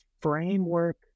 framework